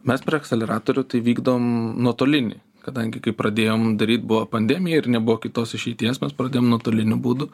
mes preakseleratorių tai vykdom nuotolinį kadangi kai pradėjom daryt buvo pandemija ir nebuvo kitos išeities mes pradėjom nuotoliniu būdu